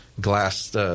glass